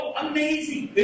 amazing